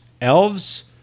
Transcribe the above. elves